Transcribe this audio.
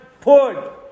put